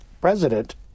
president